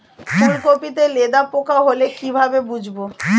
ফুলকপিতে লেদা পোকা হলে কি ভাবে বুঝবো?